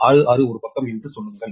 66 ஒரு பக்கம் என்று சொல்லுங்கள்